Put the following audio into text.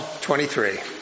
23